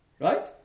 right